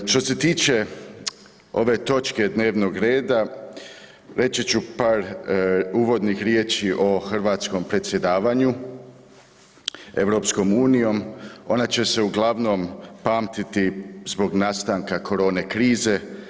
Što se tiče ove točke dnevnog reda reći ću par uvodnih riječi o Hrvatskom predsjedavanju EU, ona će se uglavnom pamtiti zbog nastanka korone krize.